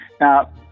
Now